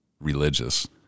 religious